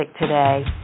today